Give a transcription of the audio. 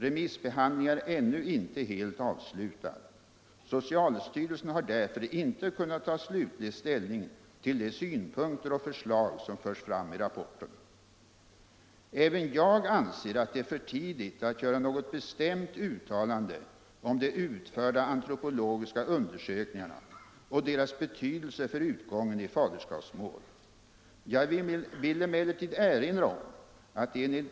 Remissbehandlingen är ännu inte helt avslutad. Socialstyrelsen har därför inte kunnat ta stutlig ställning till de synpunkter - Nr 13 ocl?. förslag som förs fram i rapporten. o Torsdagen den Aven jag anser att det är för tidigt att göra något bestämt uttalande 21 oktober 1976 om de utförda antropologiska undersökningarna och deras betydelse för — utgången i faderskapsmål. Jag vill emellertid erinra om att det enligt .